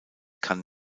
kann